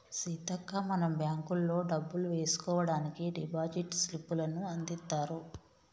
సీతక్క మనం బ్యాంకుల్లో డబ్బులు వేసుకోవడానికి డిపాజిట్ స్లిప్పులను అందిత్తారు